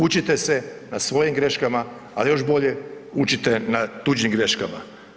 Učite se na svojim greškama ali još bolje, učite na tuđim greškama.